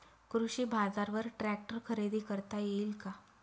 कृषी बाजारवर ट्रॅक्टर खरेदी करता येईल का?